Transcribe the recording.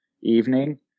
evening